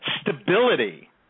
stability